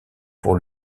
pour